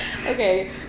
okay